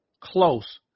close